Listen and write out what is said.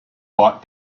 bought